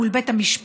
מול בית המשפט,